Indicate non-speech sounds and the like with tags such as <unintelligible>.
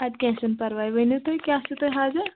اَدٕ کینہہ چھُنہٕ پرواے ؤنِو تُہۍ کیٛاہ چھُو تۄہہ <unintelligible>